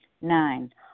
Nine